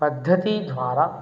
पद्धतिद्वारा